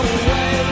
away